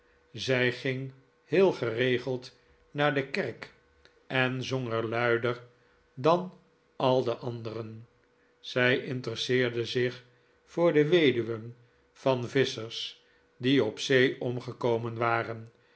zij ging heel geregeld naar de kerk en zong er luider dan al de anderen zij interesseerde zich voor de weduwen van visschers die op zee omgekomen waren